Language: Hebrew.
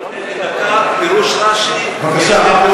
אם אתה נותן לי דקה, פירוש רש"י, בבקשה.